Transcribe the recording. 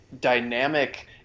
dynamic